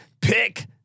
pick